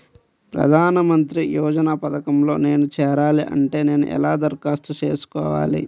ప్రధాన మంత్రి యోజన పథకంలో నేను చేరాలి అంటే నేను ఎలా దరఖాస్తు చేసుకోవాలి?